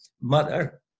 mother